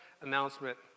announcement